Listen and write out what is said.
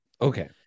Okay